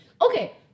Okay